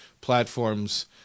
platforms